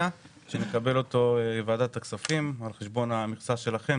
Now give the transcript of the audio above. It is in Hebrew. שנקבל אותו בוועדת הכספים על חשבון המכסה שלכם.